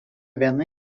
viena